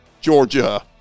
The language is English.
Georgia